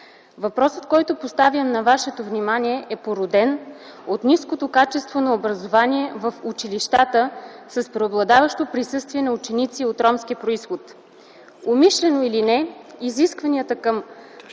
въпросът, който поставям на Вашето внимание, е породен от ниското качество на образование в училищата с преобладаващо присъствие на ученици от ромски произход. Умишлено или не изискванията към